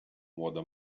młoda